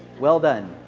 well done.